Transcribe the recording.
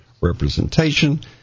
representation